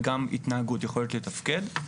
וגם התנהגות יכולת לתפקד.